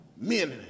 men